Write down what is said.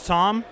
Tom